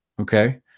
Okay